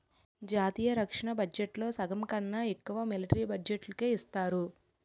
జాతీయ రక్షణ బడ్జెట్లో సగంకన్నా ఎక్కువ మిలట్రీ బడ్జెట్టుకే ఇస్తారు